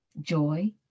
joy